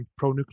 pronuclear